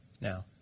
Now